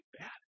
bad